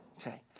okay